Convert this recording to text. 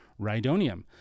Rhydonium